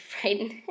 frightened